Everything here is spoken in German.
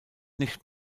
nicht